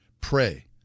pray